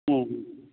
হুম হুম